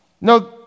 No